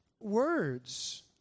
words